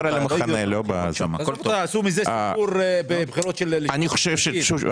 עשו מזה סיפור בבחירות --- אני מדגיש שוב.